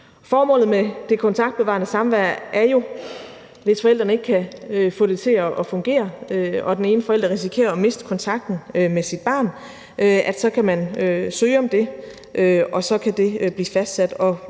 jo søge om det kontaktbevarende samvær, hvis forældrene ikke kan få det til at fungere og den ene forælder risikerer at miste kontakten med sit barn, og så kan det blive fastsat.